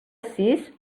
sis